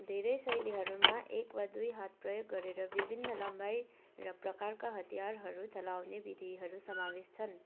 धेरै शैलीहरूमा एक वा दुई हात प्रयोग गरेर विभिन्न लम्बाइ र प्रकारका हतियारहरू चलाउने विधिहरू समावेश छन्